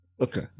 Okay